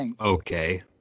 okay